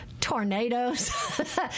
tornadoes